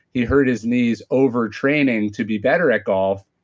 he hurt his knees overtraining to be better at golf,